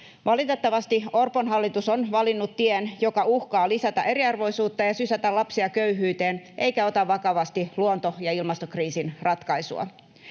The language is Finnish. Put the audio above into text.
Valitettavasti Orpon hallitus on valinnut tien, joka uhkaa lisätä eriarvoisuutta ja sysätä lapsia köyhyyteen eikä ota vakavasti luonto- ja ilmastokriisin ratkaisua.